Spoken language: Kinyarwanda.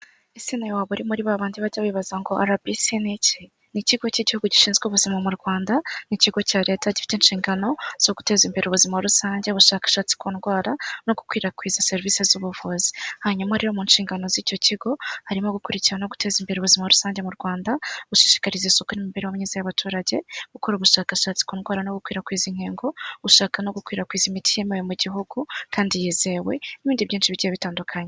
Ese waba uri muri babandi bajya bibaza ngo arabisi? Ni ikigo cy'igihugu gishinzwe ubuzima mu Rwanda, n'ikigo cya leta gifite inshingano zo guteza imbere ubuzima rusange abashakashatsi ku ndwara no gukwirakwiza serivisi z'ubuvuzi. Hanyuma rero mu nshingano z'icyo kigo harimo gukurikikira no guteza imbere ubuzima rusange mu Rwanda, gushishikariza isuku n'imibereho myiza y'abaturage, gukora ubushakashatsi ku ndwara no gukwirakwiza inkingo, gushaka no gukwirakwiza imiti yemewe mu gihugu kandi yizewe n'ibindi byinshi bice bitandukanye.